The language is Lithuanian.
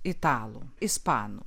italų ispanų